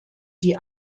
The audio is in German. die